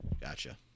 Gotcha